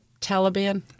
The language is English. Taliban